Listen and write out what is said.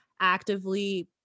actively